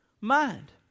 mind